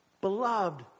Beloved